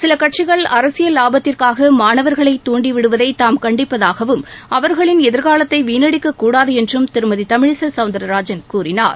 சில கட்சிகள் அரசியல் லாபத்திற்காக மாணவர்களை தூண்டி விடுவதை தாம் கண்டிப்பதாகவும் அவர்களின் எதிர்காலத்தை வீணடிக்கக்கூடாது என்று திருமதி தமிழிசை சௌந்தரராஜன் கூறினார்